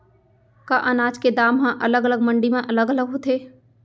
का अनाज के दाम हा अलग अलग मंडी म अलग अलग होथे?